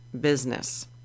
business